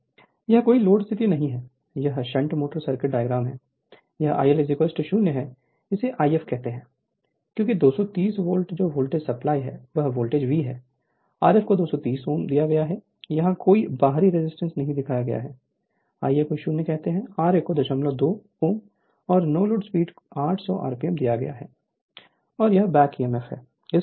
Refer Slide Time 1509 यह कोई load स्थिति नहीं है यह शंट मोटर सर्किट डायग्राम है यह IL 0 है इसे If कहते है क्योंकि 230 volt voltage supply voltage V है Rf को 230 Ω दिया गया है यहां कोई बाहरी रेजिस्टेंस नहीं दिखाया गया है Ia को 0 कहते हैं ra को 02 Ω और नो लोड स्पीड 800 rpm दिया गया है और यह बैक ईएमएफ है